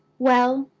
well,